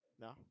No